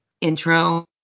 intro